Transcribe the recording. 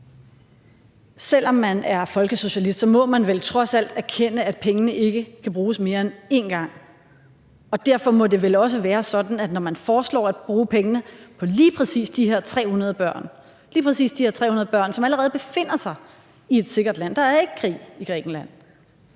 Selv om man er folkesocialist, må man vel trods alt erkende, at pengene ikke kan bruges mere end én gang. Derfor må det vel også være sådan, at når man foreslår at bruge pengene på lige præcis de her 300 børn, som allerede befinder sig i et sikkert land – der er ikke krig i Grækenland